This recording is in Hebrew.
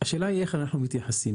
השאלה היא איך אנחנו מתייחסים.